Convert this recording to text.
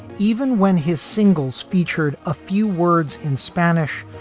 even when his singles featured a few words in spanish.